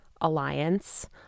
alliance